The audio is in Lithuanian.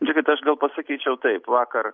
žiūrėkit aš gal pasakyčiau taip vakar